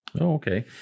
Okay